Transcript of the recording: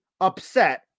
upset